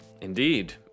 Indeed